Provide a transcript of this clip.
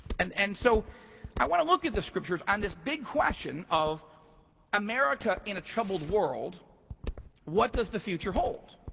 and and so i wanna look at the scriptures on this big question of america in a troubled world what does the future hold.